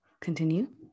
continue